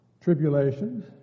tribulations